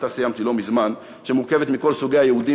שאותה סיימתי לא מזמן שמורכבת מכל סוגי היהודים,